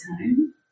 time